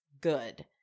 good